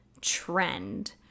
trend